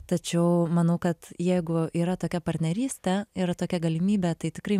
tačiau manau kad jeigu yra tokia partnerystė yra tokia galimybė tai tikrai